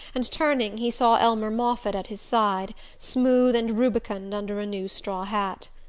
and turning he saw elmer moffatt at his side, smooth and rubicund under a new straw hat.